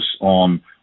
on